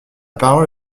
parole